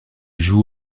joue